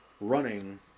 Running